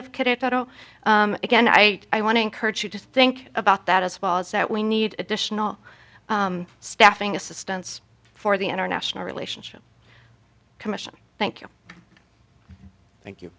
oh again i want to encourage you to think about that as well as that we need additional staffing assistance for the international relationships commission thank you you thank